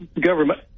government